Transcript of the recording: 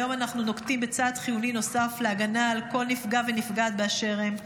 היום אנחנו נוקטים צעד חיוני נוסף להגנה על כל נפגע ונפגעת באשר הם.